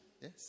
Yes